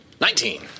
Nineteen